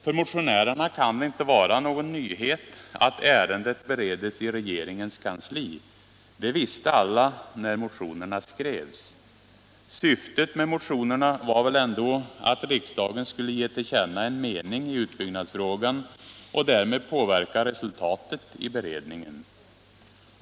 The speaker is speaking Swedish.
För motionärerna kan det inte vara någon nyhet att ärendet bereds i regeringens kansli. Det visste alla när motionerna skrevs. Syftet med motionerna var väl ändå att riksdagen skulle ge till känna en mening i utbyggnadsfrågan och därmed påverka resultatet i beredningen.